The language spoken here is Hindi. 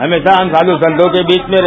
हमेशा हम साधु संतो के बीच में रहे